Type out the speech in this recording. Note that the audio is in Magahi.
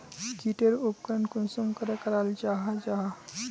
की टेर उपकरण कुंसम करे कराल जाहा जाहा?